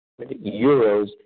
euros